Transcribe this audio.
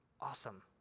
awesome